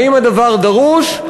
האם הדבר דרוש?